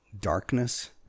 darkness